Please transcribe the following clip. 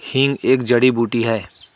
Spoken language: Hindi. हींग एक जड़ी बूटी है